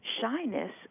Shyness